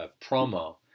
promo